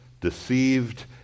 deceived